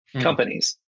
companies